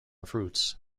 fruits